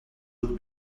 would